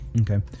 Okay